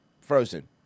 frozen